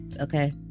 okay